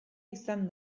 izan